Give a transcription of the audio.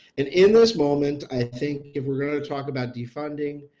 and in this moment i think if we're going to talk about the funding,